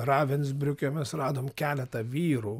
ravensbriuke mes radom keletą vyrų